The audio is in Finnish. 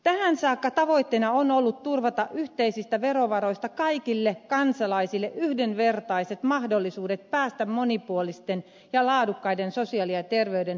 tähän saakka tavoitteena on ollut turvata yhteisistä verovaroista kaikille kansalaisille yhdenvertaiset mahdollisuudet päästä monipuolisten ja laadukkaiden sosiaali ja terveyspalveluiden piiriin